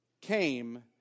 came